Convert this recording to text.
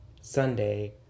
Sunday